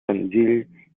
senzill